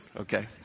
okay